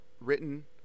written